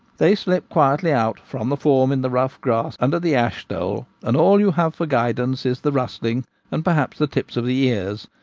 they slip quietly out from the form in the rough grass under the ashstole, and all you have for guidance is the rustling and, perhaps, the tips of the ears,